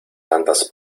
tantas